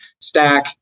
stack